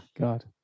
God